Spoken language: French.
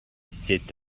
c’est